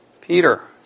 Peter